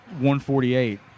148